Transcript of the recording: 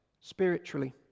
spiritually